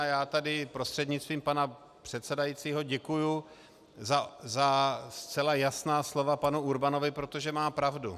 Já tady prostřednictvím pana předsedajícího děkuju za zcela jasná slova panu Urbanovi, protože má pravdu.